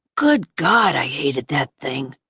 good god, i hated that thing,